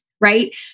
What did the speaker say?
right